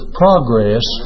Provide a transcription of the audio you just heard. progress